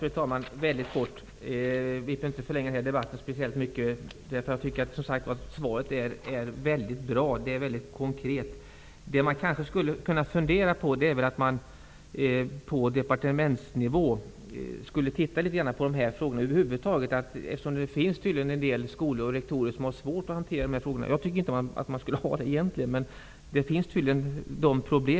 Fru talman! Jag skall inte förlänga debatten speciellt mycket, därför att svaret är väldigt bra och konkret. Frågan är om man på departementsnivå kunde titta litet på de här frågorna, eftersom det tydligen finns en del skolor och rektorer som har svårigheter att hantera dem. De skulle egentligen inte behöva ha dessa problem, men det finns tydligen sådana.